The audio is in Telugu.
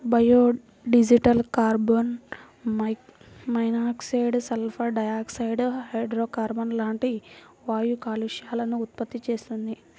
biodiesel carbon monoxide, sulphur dioxide, హైడ్రోకార్బన్లు లాంటి వాయు కాలుష్యాలను ఉత్పత్తి చేస్తుంది